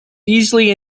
easily